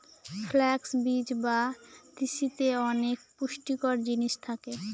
flux বীজ বা তিসিতে অনেক পুষ্টিকর জিনিস থাকে